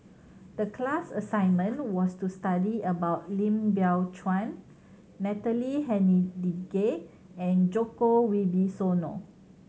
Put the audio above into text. the class assignment was to study about Lim Biow Chuan Natalie Hennedige and Joko Wibisono